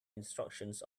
instructions